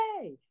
hey